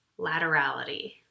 laterality